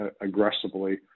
aggressively